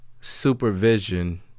supervision